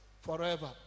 forever